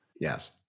Yes